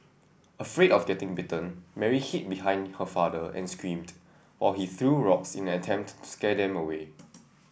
afraid of getting bitten Mary hid behind her father and screamed while he threw rocks in an attempt to scare them away